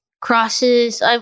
crosses